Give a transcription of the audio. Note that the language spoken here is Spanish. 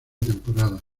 temporada